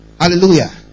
Hallelujah